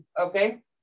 Okay